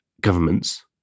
governments